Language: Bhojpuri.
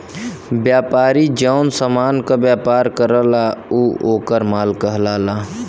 व्यापारी जौन समान क व्यापार करला उ वोकर माल कहलाला